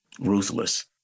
ruthless